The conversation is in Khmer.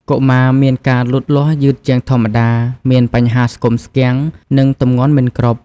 កុមារមានការលូតលាស់យឺតជាងធម្មតា មានបញ្ហាស្គមស្គាំង និងទម្ងន់មិនគ្រប់។